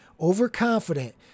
overconfident